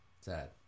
Sad